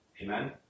Amen